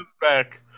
back